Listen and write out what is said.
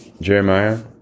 Jeremiah